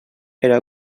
era